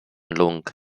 lung